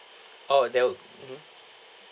oh that'll mmhmm